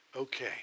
Okay